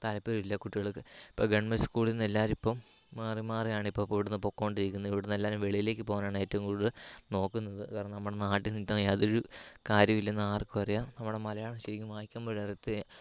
താൽപര്യവുമില്ലാ കുട്ടികൾക്ക് ഇപ്പോൾ ഗവൺമെൻറ് സ്കൂളിൽ നിന്ന് എല്ലാവരും ഇപ്പം മാറി മാറിയാണ് ഇപ്പോൾ ഇവിടുന്ന് പൊയ്ക്കോണ്ടിരിക്കുന്നത് ഇവിടുന്നു എല്ലാവരും വെളിയിലേയ്ക്ക് പോകാനാണ് ഏറ്റവും കൂടുതൽ നോക്കുന്നത് കാരണം നമ്മളെ നാട്ടിൽ നിന്നാൽ യാതൊരു കാര്യവുമില്ലെന്ന് ആർക്കും അറിയാം നമ്മൾ മലയാളം ശരിയ്ക്ക് വായിക്കാൻ പോലുമറിയാത്ത